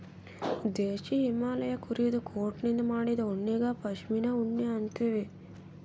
ದೇಶೀ ಹಿಮಾಲಯ್ ಕುರಿದು ಕೋಟನಿಂದ್ ಮಾಡಿದ್ದು ಉಣ್ಣಿಗಾ ಪಶ್ಮಿನಾ ಉಣ್ಣಿ ಅಂತೀವಿ